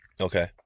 Okay